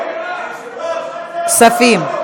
כספים,